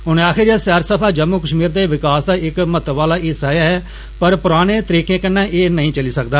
उनें आक्खेआ जे सैरसफा जम्मू कश्मीर दे विकास दा इक महत्व आला हिस्सा ऐ पर एह् पुराने तरीकें कन्नै नेंई चली सकदा